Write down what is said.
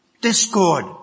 Discord